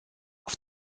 auf